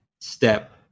step